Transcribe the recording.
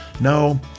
No